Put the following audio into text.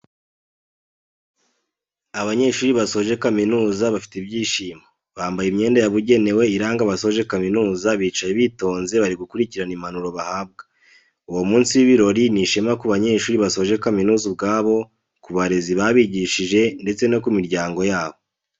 Abanyeshuri basoje kamizuza bafite ibyishimo, bambaye imyenda yabugenewe iranga abasoje kaminuza bicaye bitonze bari gukurikira impanuro bahabwa, uwo munsi w'ibirori ni ishema ku banyeshuri basoje kaminuza ubwabo, ku barezi babigishije ndetse no ku miryango yabo.